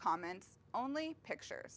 comments only pictures